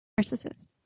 narcissist